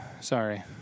sorry